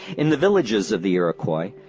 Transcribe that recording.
in the villages of the iroquois,